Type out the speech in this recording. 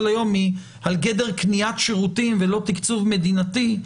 היום היא על גדר קניית שירותים ולא תקצוב מדינתי,